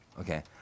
okay